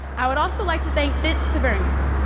i would also like to thank fitz tavernier.